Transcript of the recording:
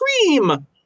cream